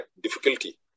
difficulty